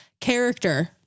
character